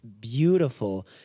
beautiful